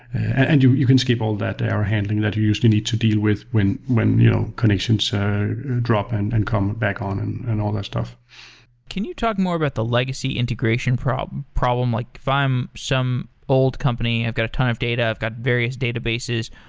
and you you can skip all that air handling that you usually need to deal with, when when you know connections so drop and and come back on and and all that stuff can you talk more about the legacy integration problem? like if i'm some old company, i've got a ton of data, i've got various databases,